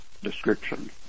description